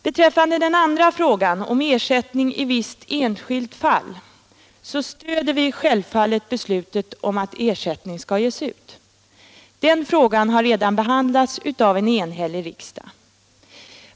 Beträffande den andra frågan, om ersättning i visst enskilt fall, stöder vi självfallet beslutet, som fattades av en enhällig riksdag, om att er sättning skall ges ut.